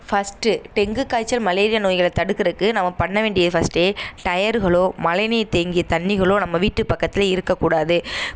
first dengue காய்ச்சல் malaria நோய்களை தடுக்கிறக்கு நம்ம பண்ண வேண்டியது ஃபஸ்ட்டே டயர்களோ மழைநீர் தேங்கிய தண்ணிகளோ நம்ம வீட்டு பக்கத்தில் இருக்கக்கூடாது